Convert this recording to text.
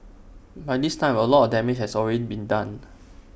by this time A lot of damage has already been done